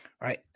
Right